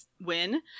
win